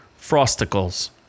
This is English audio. Frosticles